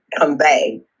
convey